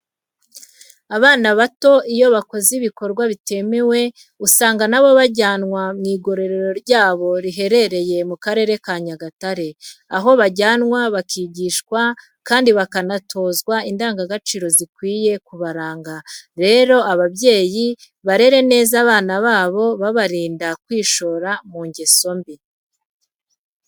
Abana bato iyo bakoze ibikorwa bitemewe usanga na bo bajyanwa mu igororero ryabo riherereye mu Karere ka Nyagatare, aho bajyanwa bakigishwa kandi bakanatozwa indangagaciro zikwiye kubaranga. Rero ababyeyi barere neza abana babo babarinda kwishora mu ngeso mbi.